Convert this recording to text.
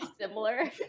similar